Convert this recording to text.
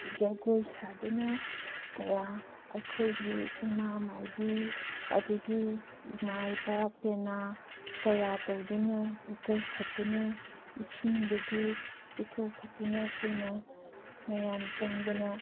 ꯖꯒꯣꯏ ꯁꯥꯗꯨꯅ ꯀꯌꯥ ꯑꯩꯈꯣꯏꯒꯤ ꯏꯃꯥ ꯃꯥꯏꯕꯤ ꯑꯗꯒꯤ ꯃꯥꯏꯕ ꯄꯦꯅꯥ ꯀꯌꯥ ꯇꯧꯗꯨꯅ ꯏꯀꯧꯈꯠꯇꯨꯅ ꯏꯁꯤꯡꯗꯒꯤ ꯏꯀꯧꯈꯠꯇꯨꯅ ꯑꯩꯈꯣꯏꯅ ꯃꯌꯥꯝ ꯆꯪꯗꯅ